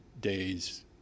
days